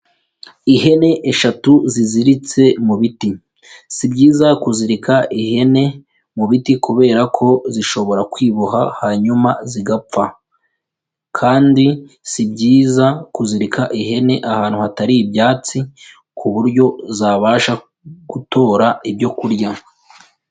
Ihene eshatu ziziritse mu biti, si byiza kuzirika ihene mu biti kubera ko zishobora kwiboha hanyuma zigapfa, kandi si byiza kuzirika ihene ahantu hatari ibyatsi ku buryo zabasha gutora ibyo kurya.